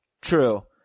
True